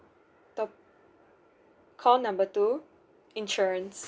top~ call number two insurance